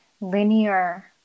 linear